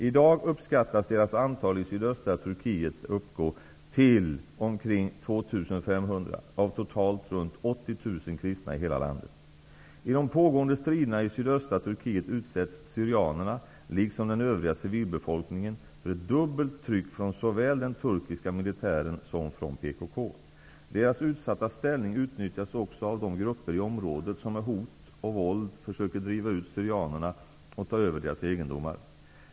I dag uppskattas deras antal i sydöstra Turkiet uppgå till omkring 2 500, av totalt runt 80 000 kristna i hela landet. I de pågående striderna i sydöstra Turkiet utsätts syrianerna, liksom den övriga civilbefolkningen, för ett dubbelt tryck från såväl den turkiska militären som från PKK. Deras utsatta ställning utnyttjas också av de grupper i området som med hot och våld försöker driva ut syrianerna och ta över deras egendomar.